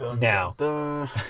Now